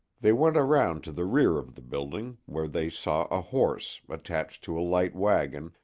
they went around to the rear of the building, where they saw a horse, attached to a light wagon,